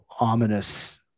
ominous